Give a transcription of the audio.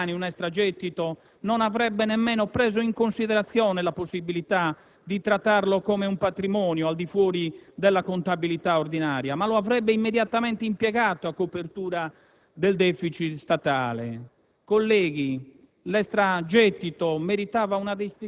coscienzioso che si fosse trovato fra le mani un extragettito non avrebbe nemmeno preso in considerazione la possibilità di trattarlo come un patrimonio al di fuori della contabilità ordinaria, ma lo avrebbe immediatamente impiegato a copertura del *deficit* statale.